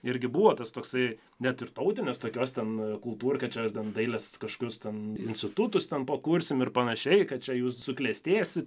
irgi buvo tas toksai net ir tautinės tokios ten kultūrkę čia ar ten dailės kažkokius ten institutus ten pakursim ir panašiai kad čia jūs suklestėsit